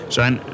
zijn